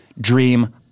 dream